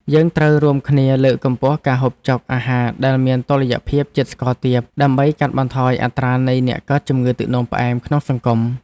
យើងត្រូវរួមគ្នាលើកកម្ពស់ការហូបចុកអាហារដែលមានតុល្យភាពជាតិស្ករទាប ដើម្បីកាត់បន្ថយអត្រានៃអ្នកកើតជំងឺទឹកនោមផ្អែមក្នុងសង្គម។